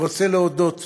אני רוצה להודות